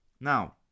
Now